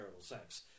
sex